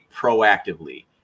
proactively